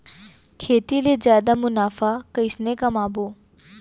खेती ले जादा मुनाफा कइसने कमाबो?